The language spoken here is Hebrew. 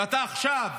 ואתה עכשיו